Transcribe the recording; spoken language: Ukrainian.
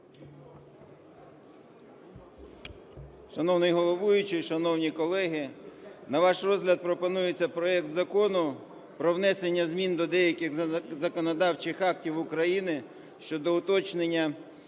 Шановний головуючий, шановні колеги, на ваш розгляд пропонується проект Закону про внесення змін до деяких законодавчих актів України щодо уточнення